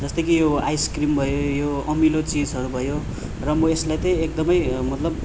जस्तो कि यो आइसक्रिम भयो यो अमिलो चिजहरू भयो र म यसलाई चाहिँ म एकदमै मतलब